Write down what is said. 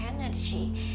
energy